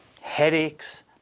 headaches